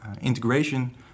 integration